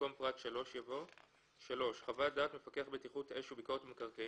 במקום פרט (3) יבוא: "(3) חוות דעת מפקח בטיחות אש וביקורת במקרקעין